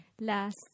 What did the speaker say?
last